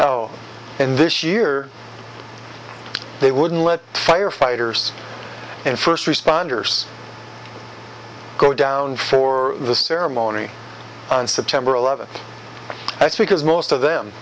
and this year they wouldn't let firefighters and first responders go down for the ceremony on september eleventh that's because most of them